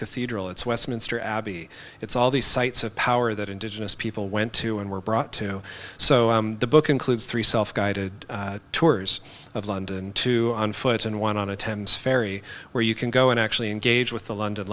cathedral it's westminster abbey it's all the sites of power that indigenous people went to and were brought to so the book includes three self guided tours of london two on foot and one on a thames ferry where you can go and actually engage with the london